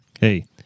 Hey